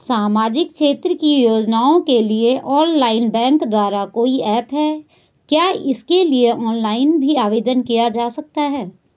सामाजिक क्षेत्र की योजनाओं के लिए ऑनलाइन बैंक द्वारा कोई ऐप है क्या इसके लिए ऑनलाइन भी आवेदन किया जा सकता है?